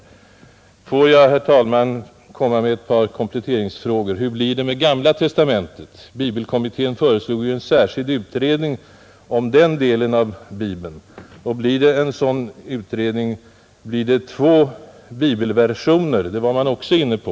Får jag, herr talman, komma med ett par kompletteringsfrågor? Hur blir det med Gamla testamentet? Bibelkommittén föreslog en särskild utredning om den delen av Bibeln. Blir det en sådan utredning? Blir det för övrigt två Bibelversioner? Det var man också inne på.